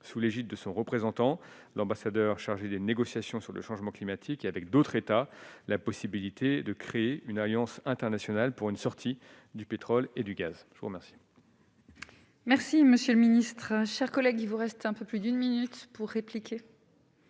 sous l'égide de son représentant l'ambassadeur chargé des négociations sur le changement climatique, avec d'autres États la possibilité de créer une agence internationale pour une sortie du pétrole et du gaz, je vous remercie. Merci monsieur le ministre, chers collègues, il vous reste un peu plus d'une minute pour répliquer.